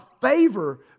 favor